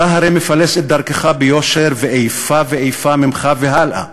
אתה הרי מפלס את דרכך ביושר ואיפה ואיפה ממך והלאה.